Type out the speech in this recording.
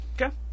Okay